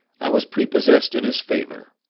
i was prepossessed in his favour.